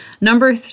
number